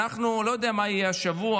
אני לא יודע מה יהיה השבוע.